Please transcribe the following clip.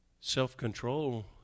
self-control